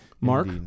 Mark